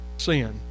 sin